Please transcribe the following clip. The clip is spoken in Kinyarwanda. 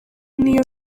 niyo